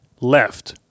left